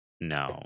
No